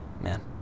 man